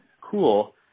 cool